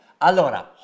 Allora